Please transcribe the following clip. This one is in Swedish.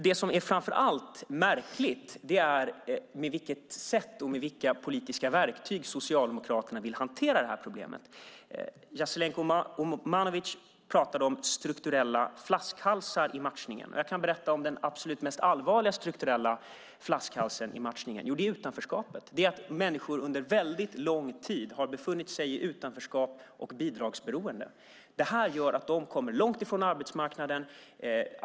Det som framför allt är märkligt är dock på vilket sätt och med vilka politiska verktyg Socialdemokraterna vill hantera problemet. Jasenko Omanovic pratade om strukturella flaskhalsar i matchningen. Jag kan berätta om den absolut mest allvarliga strukturella flaskhalsen i matchningen: Det är utanförskapet. Det är att människor under väldigt lång tid har befunnit sig i utanförskap och bidragsberoende. Detta gör att de kommer långt från arbetsmarknaden.